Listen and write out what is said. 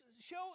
show